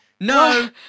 No